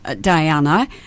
Diana